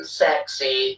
sexy